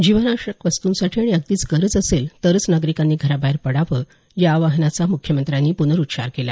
जीवनावश्यक वस्तुंसाठी आणि अगदीच गरज असेल तरच नागरिकांनी घराबाहेर पडावं या आवाहनाचा मुख्यमंत्र्यांनी प्नरुच्चार केला